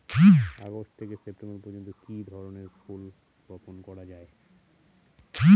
August থেকে September পর্যন্ত কি ধরনের ফুল বপন করা যায়?